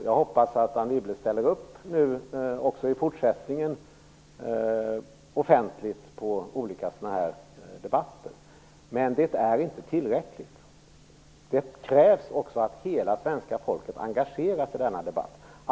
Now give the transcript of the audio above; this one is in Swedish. Jag hoppas nu att Anne Wibble ställer upp också i fortsättningen i offentliga debatter. Men det är inte tillräckligt. Det krävs också att hela svenska folket engageras i denna debatt.